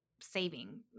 saving